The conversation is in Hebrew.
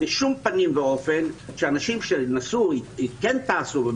בשום פנים ואופן שאנשים שכן טסו,